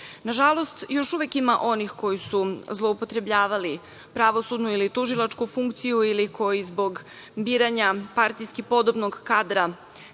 odluka. Nažalost, još uvek ima onih koji su zloupotrebljavali pravosudnu ili tužilačku funkciju ili koji zbog biranja partijski podobnog kadra